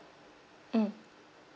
mm